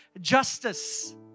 justice